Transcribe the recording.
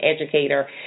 educator